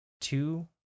two